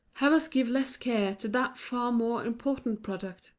have us give less care to that far more important product,